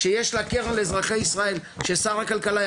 שר הכלכלה קיבל הזדמנות להביא הצעה בכלכלה?